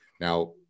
Now